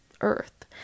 earth